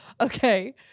Okay